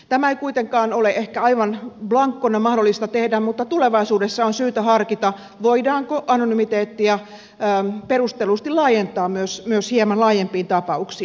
tämä ei kuitenkaan ole ehkä aivan blankona mahdollista tehdä mutta tulevaisuudessa on syytä harkita voidaanko anonymiteettia perustellusti laajentaa myös hieman laajempiin tapauksiin